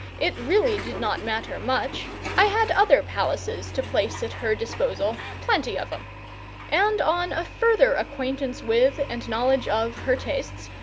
it really did not matter much i had other palaces to place at her disposal plenty of em and on a further acquaintance with and knowledge of her tastes,